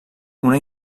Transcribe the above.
una